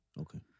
Okay